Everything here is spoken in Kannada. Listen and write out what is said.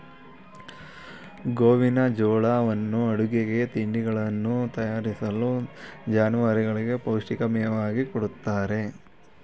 ಗೋವಿನಜೋಳವನ್ನು ಅಡುಗೆಗೆ, ತಿಂಡಿಗಳನ್ನು ತಯಾರಿಸಲು, ಜಾನುವಾರುಗಳಿಗೆ ಪೌಷ್ಟಿಕ ಮೇವಾಗಿ ಕೊಡುತ್ತಾರೆ